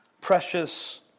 precious